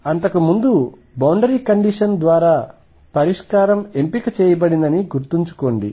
కాబట్టి అంతకుముందు boundary condition ద్వారా పరిష్కారం ఎంపిక చేయబడిందని గుర్తుంచుకోండి